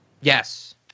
Yes